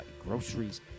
groceries